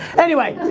anyway,